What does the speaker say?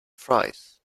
fries